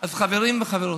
אז חברים וחברות,